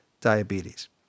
diabetes